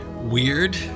Weird